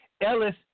Ellis